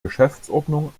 geschäftsordnung